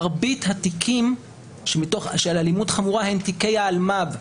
מרבית התיקים של אלימות חמורה הם תיקי האלמ"פ,